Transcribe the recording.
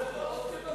למטלפן, לאוזן.